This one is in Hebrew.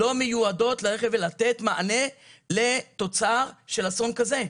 הקצבאות לא מיועדות לתת מענה לתוצר של אסון כזה.